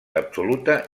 absoluta